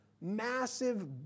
massive